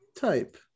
Type